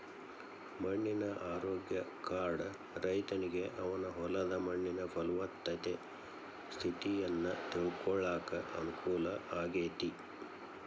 ಮಣ್ಣಿನ ಆರೋಗ್ಯ ಕಾರ್ಡ್ ರೈತನಿಗೆ ಅವನ ಹೊಲದ ಮಣ್ಣಿನ ಪಲವತ್ತತೆ ಸ್ಥಿತಿಯನ್ನ ತಿಳ್ಕೋಳಾಕ ಅನುಕೂಲ ಆಗೇತಿ